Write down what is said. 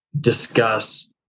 discuss